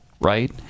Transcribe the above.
right